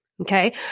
Okay